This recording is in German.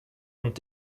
und